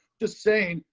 just saying.